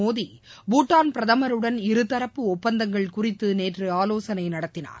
மோடி பூட்டான் பிரதமருடன் இருதரப்பு ஒப்பந்தங்கள் குறித்து நேற்று ஆலோசனை நடத்தினார்